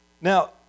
Now